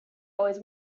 always